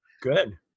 Good